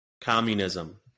communism